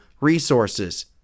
resources